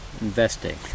investing